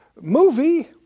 movie